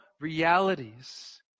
realities